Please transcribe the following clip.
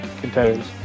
contenders